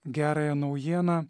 gerąją naujieną